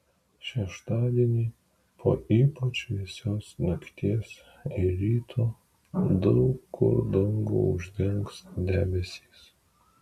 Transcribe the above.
šeštadienį po ypač vėsios nakties ir ryto daug kur dangų uždengs debesys